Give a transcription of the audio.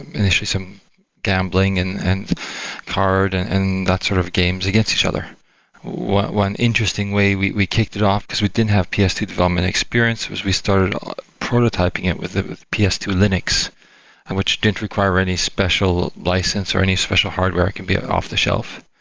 initially some gambling and and card and and that sort of games against each other one interesting way we we kicked it off, because we didn't have p s two development experience, was we started prototyping it with it with p s two linux, and which didn't require any special license or any special hardware. it can be ah off the shelf.